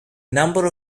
number